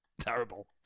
Terrible